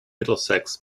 middlesex